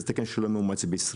זה תקן לא מאומץ בישראל.